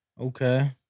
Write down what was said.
Okay